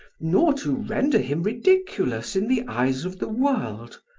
nor to render him ridiculous in the eyes of the world.